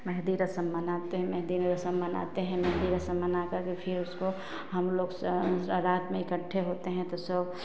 मेहँदी रस्म मनाते हैं मेहँदी रस्म मनाते हैं मेहँदी रस्म मनाकर फिर उसको हमलोग सब रात में इकट्ठा होते हैं तो सो